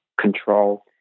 control